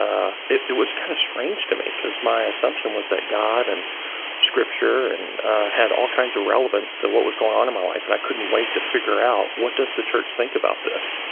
ah it it was kind of strange to me, because my assumption was that god and scripture and had all kinds of relevance to what was going on in my life, and i couldn't wait to figure out, what does the church think about this?